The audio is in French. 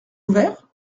ouvert